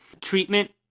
treatment